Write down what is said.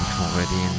already